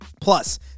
Plus